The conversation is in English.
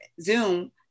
Zoom